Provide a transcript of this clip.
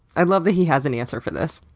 i love that he has an answer for this.